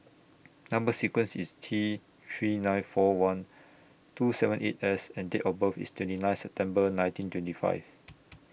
Number sequence IS T three nine four one two seven eight S and Date of birth IS twenty nine September nineteen twenty five